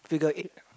figure eight